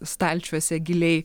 stalčiuose giliai